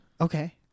Okay